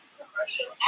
commercial